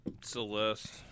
Celeste